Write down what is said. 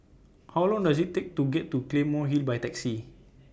How Long Does IT Take to get to Claymore Hill By Taxi